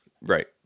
Right